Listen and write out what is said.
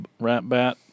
Ratbat